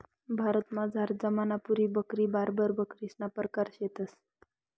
भारतमझार जमनापुरी बकरी, बार्बर बकरीसना परकार शेतंस